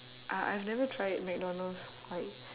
uh I've never tried mcdonald's like